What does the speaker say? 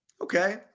Okay